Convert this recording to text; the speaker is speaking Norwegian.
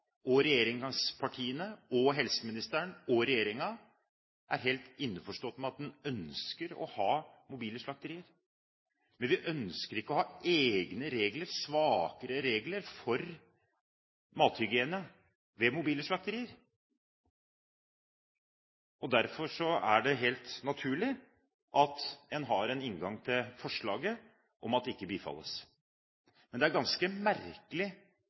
regjeringspartiene – og helseministeren og regjeringen er helt innforstått med at en ønsker å ha mobile slakterier, men vi ønsker ikke å ha egne og svakere regler for mathygiene ved mobile slakterier. Derfor er det helt naturlig at en har en inngang til forslaget om at det ikke bifalles. Det er en ganske merkelig